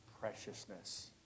preciousness